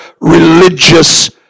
religious